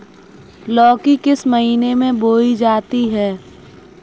लौकी किस महीने में बोई जाती है?